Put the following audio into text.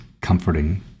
comforting